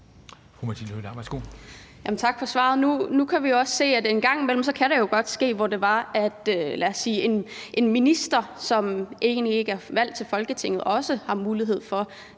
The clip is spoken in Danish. Nu kan vi også se, at en gang imellem kan det jo godt ske, at, lad os sige en minister, som egentlig ikke er valgt til Folketinget, også har mulighed for